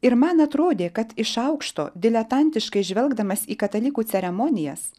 ir man atrodė kad iš aukšto diletantiškai žvelgdamas į katalikų ceremonijas